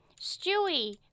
Stewie